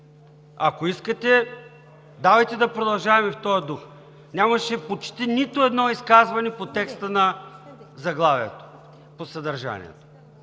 Ако искате, давайте да продължаваме в този дух. Нямаше почти нито едно изказване по текста на заглавието. Апелирам,